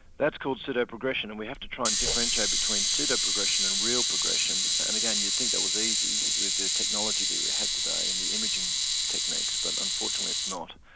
that's called pseudo-progression and we have to try and differentiate between pseudo progression and real progression and again you'd think that was easy with the technology that we have today and the imaging techniques but unfortunately it's not.